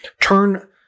turn